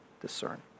discern